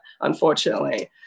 unfortunately